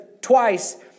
twice